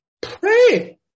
Pray